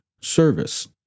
service